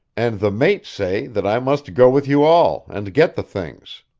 and the mates say that i must go with you all, and get the things.